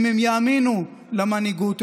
אם הם יאמינו למנהיגות,